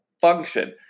function